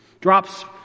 Drops